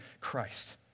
Christ